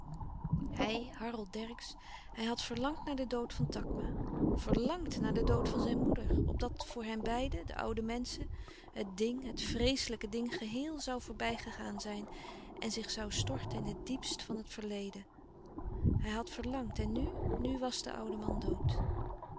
hij harold dercksz hij had verlangd naar den dood van takma verlàngd naar den dood van zijn moeder opdat voor hen beiden de oude menschen het ding het vreeslijke ding gehéel zoû voorbij gegaan zijn en zich zoû storten in het dièpst van het verleden hij had verlangd en nu nu was de oude man dood